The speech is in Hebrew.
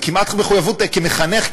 זה כמעט מחויבות כמחנך,